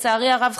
לצערי הרב,